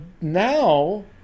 now